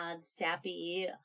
sappy